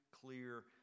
clear